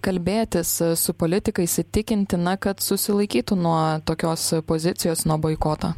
kalbėtis su politikais įtikinti na kad susilaikytų nuo tokios pozicijos nuo boikoto